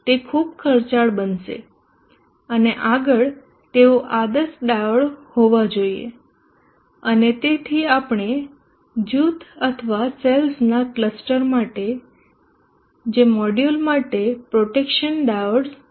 તે ખૂબ ખર્ચાળ બનશે અને આગળ તેઓ આદર્શ ડાયોડ્સ હોવા જોઈએ અને તેથી આપણે જૂથ અથવા સેલ્સ ના ક્લસ્ટર માટે જે મોડ્યુલ માટે પ્રોટેક્શન ડાયોડસ મુક્યા છે